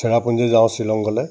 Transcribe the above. চেৰাপুঞ্জী যাওঁ শ্বিলং গ'লে